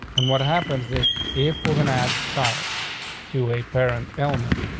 and what happens this if we're gonna add styles to a parent element,